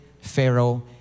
Pharaoh